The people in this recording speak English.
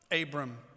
Abram